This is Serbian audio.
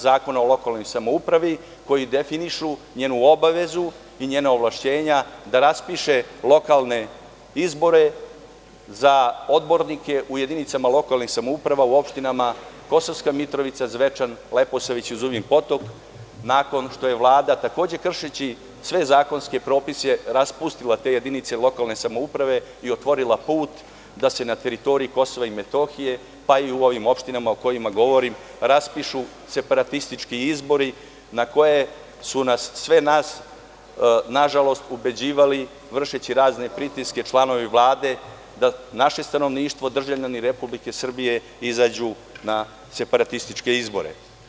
Zakona o lokalnoj samoupravi, koji definišu njenu obavezu i njena ovlašćenja da raspiše lokalne izbore za odbornike u jedinicama lokalnih samouprava u opštinama Kosovska Mitrovica, Zvečan, Leposavić i Zubin Potok, nakon što je Vlada, takođe kršeći sve zakonske propise, raspustila te jedinice lokalne samouprave i otvorila put da se na teritoriji Kosova i Metohije, pa i u ovim opštinama o kojima govorim, raspišu separatistički izbori na koje su nas, sve nas, nažalost, ubeđivali vršeći razne pritiske članovi Vlade da naše stanovništvo, državljani Republike Srbije izađu na separatističke izbore.